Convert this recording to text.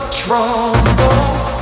troubles